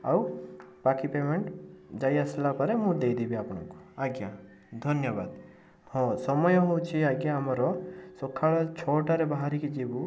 ଆଉ ବାକି ପେମେଣ୍ଟ ମୁଁ ଯାଇଆସିଲା ପରେ ମୁଁ ଦେଇ ଦେବି ଆପଣଙ୍କୁ ଆଜ୍ଞା ଧନ୍ୟବାଦ ସମୟ ହେଉଛି ଆମର ସକାଳ ଛଅଟାରେ ବାହାରିକି ଯିବୁ